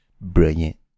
brilliant